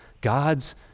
God's